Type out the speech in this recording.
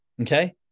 okay